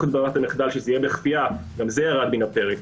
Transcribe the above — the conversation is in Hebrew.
את ברירת המחדל שיהיה בכפייה גם זה ירד מהפרק.